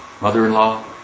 mother-in-law